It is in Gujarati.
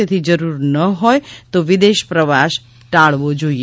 તેથી જરૂરી ન હોય તો વિદેશ પ્રવાસ ટાળવો જોઇએ